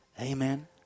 Amen